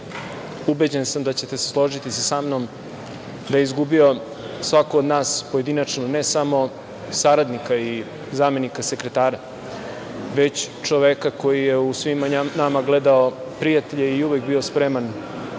ubeđen sam da ćete se složiti sa mnom da je izgubio svako od nas pojedinačno, ne samo saradnika i zamenika sekretara, već čoveka koji je u svima nama gledao prijatelja i uvek bio spreman